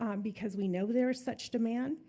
um because we know there's such demand,